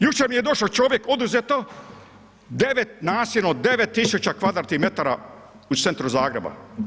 Jučer mi je došao čovjek oduzeta nasilno 9.000 kvadratnih metara u centru Zagreba.